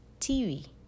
TV